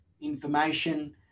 information